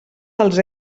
dels